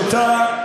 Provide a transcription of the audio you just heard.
הורתה,